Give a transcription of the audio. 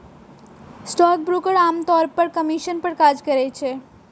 stockbroker आम तौर पर कमीशन पर काज करै छै